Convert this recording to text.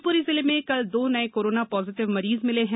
शिवप्री जिले में कल दो नए कोरोना पॉजिटिव मरीज मिले हैं